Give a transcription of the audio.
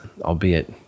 albeit